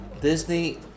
Disney